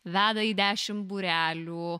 veda į dešim būrelių